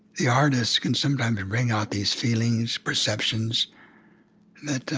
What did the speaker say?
the artist can sometimes bring out these feelings, perceptions that